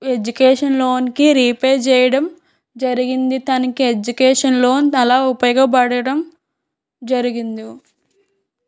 education లోన్కి repay చేయడం జరిగింది తనకి ఎడ్యుకేషన్ లోన్ అలా ఉపయోగపడటం జరిగింది